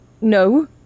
No